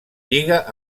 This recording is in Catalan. lliga